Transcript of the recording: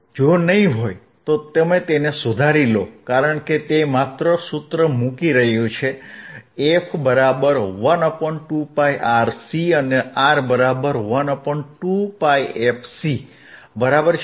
જો નહિં તો તમે તેને સુધારી લો કારણ કે તે માત્ર સૂત્ર મૂકી રહ્યું છે f બરાબર 12πRC અને R બરાબર 12πfC બરાબર છે